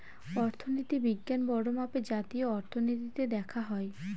অর্থনীতি বিজ্ঞান বড়ো মাপে জাতীয় অর্থনীতিতে দেখা হয়